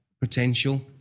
potential